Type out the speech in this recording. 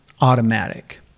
automatic